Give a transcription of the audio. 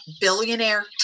billionaire